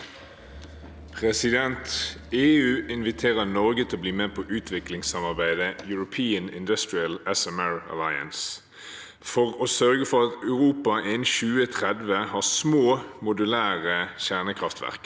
«EU inviterer Norge til å bli med på utviklingssamarbeidet «European Industrial SMR Alliance» for å sørge for at Europa innen 2030 har små modulære kjernekraftverk.